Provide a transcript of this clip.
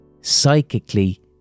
psychically